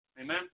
amen